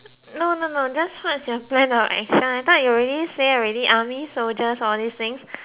no no no that's what's your plan of action I thought you already say already army soldiers all these things